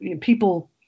people